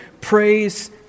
praise